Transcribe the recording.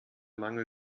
mangel